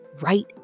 right